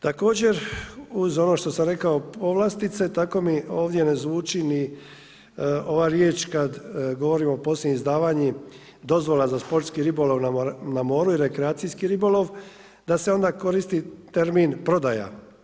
Također, uz ono što sam rekao povlastice, tako mi ovdje ne zvuči ni ova riječ kad govorim o posljednjim izdavanjem dozvola za sportski ribolov na moru i rekreacijski ribolov, da se onda koristi termin prodaja.